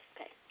okay